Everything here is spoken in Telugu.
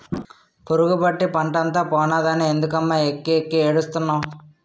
పురుగుపట్టి పంటంతా పోనాదని ఎందుకమ్మ వెక్కి వెక్కి ఏడుస్తున్నావ్